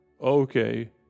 Okay